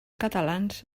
catalans